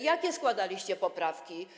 Jakie składaliście poprawki?